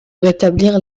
rétablir